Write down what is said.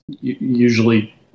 usually